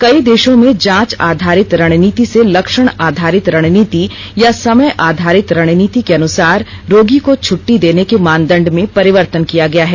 कई देशों में जांच आधारित रणनीति से लक्षण आधारित रणनीति या समय आधारित रणनीति के अनुसार रोगी को छुट्टी देने के मानदंड में परिवर्तन किया गया है